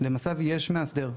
למס"ב יש מאסדר.